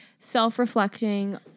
Self-reflecting